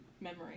memory